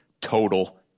total